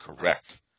Correct